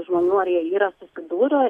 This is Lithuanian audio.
žmonų ar jie yra susidūrę